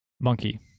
monkey